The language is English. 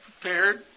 prepared